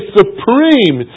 supreme